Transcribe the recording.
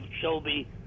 Shelby